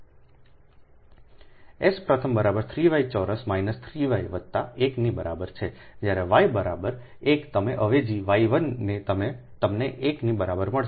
S પ્રથમ બરાબર 3 y ચોરસ માઇનસ 3 y વત્તા 1 ની બરાબર છે જ્યારે y બરાબર 1 તમે અવેજી y 1 ને તમને 1 ની બરાબર મળશે